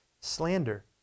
slander